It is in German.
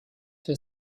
the